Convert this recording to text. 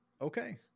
okay